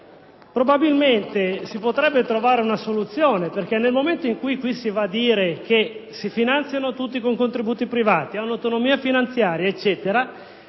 Probabilmente si potrebbe trovare una soluzione; infatti, nel momento in cui si dichiara che si finanziano tutti con contributi privati e hanno autonomia finanziaria, perché mai